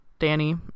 Danny